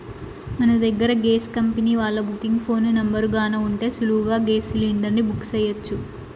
మన దగ్గర gas company వాల్ల బుకింగ్ ఫోను నెంబరు గాన ఉంటే సులువుగా గేస్ సిలిండర్ని బుక్ సెయ్యొచ్చు